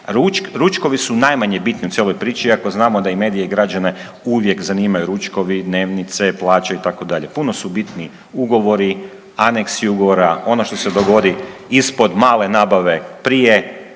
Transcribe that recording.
Ručkovi su najmanje bitni u cijeloj priči, iako znamo da i medije i građane uvijek zanimaju ručkovi, dnevnice, plaće itd., puno su bitniji ugovori, aneksi ugovora, ono što se dogodi ispod male nabave prije